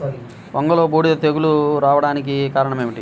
వంగలో బూడిద తెగులు రావడానికి కారణం ఏమిటి?